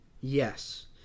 Yes